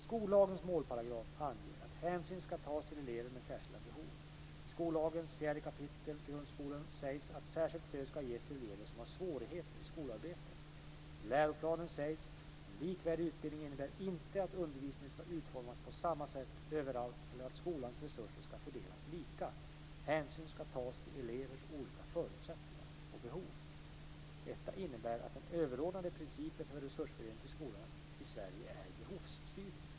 Skollagens målparagraf anger att hänsyn ska tas till elever med särskilda behov. I skollagens 4 kap. Grundskolan sägs att särskilt stöd ska ges till elever som har svårigheter i skolarbetet. I läroplanen sägs: "En likvärdig utbildning innebär inte att undervisningen skall utformas på samma sätt överallt eller att skolans resurser skall fördelas lika. Hänsyn skall tas till elevernas olika förutsättningar och behov." Detta innebär att den överordnade principen för resursfördelning till skolan i Sverige är behovsstyrning.